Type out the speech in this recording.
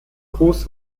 gross